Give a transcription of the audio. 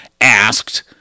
asked